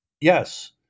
Yes